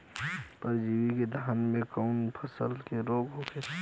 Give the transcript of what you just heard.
परजीवी से धान में कऊन कसम के रोग होला?